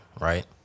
right